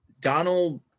Donald